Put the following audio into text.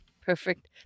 perfect